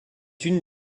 une